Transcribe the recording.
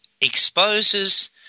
exposes